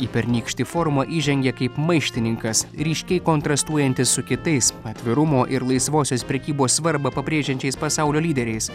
į pernykštį forumą įžengė kaip maištininkas ryškiai kontrastuojantis su kitais atvirumo ir laisvosios prekybos svarbą pabrėžiančiais pasaulio lyderiais